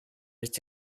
its